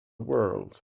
world